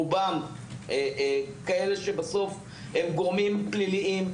בסוף רובם גורמים פליליים.